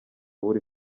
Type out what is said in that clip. buri